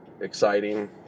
exciting